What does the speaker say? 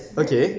okay